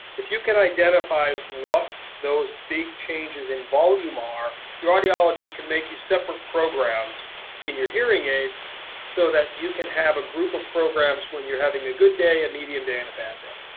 if you can identify what those big changes in volume are, your audiologist can make you separate programs in your hearing aids so that you can have a group of programs when you're having a good day, a and medium day, and a bad day.